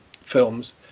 films